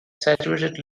saturated